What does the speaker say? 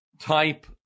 type